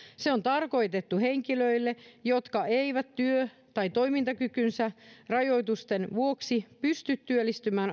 se on tarkoitettu henkilöille jotka eivät työ tai toimintakykynsä rajoitusten vuoksi pysty työllistymään